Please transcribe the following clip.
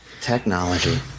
Technology